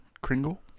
Kringle